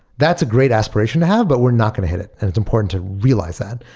that's a great aspiration to have, but we're not going to hit it, and it's important to realize that.